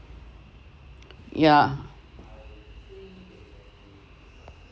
yeah